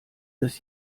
des